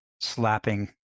slapping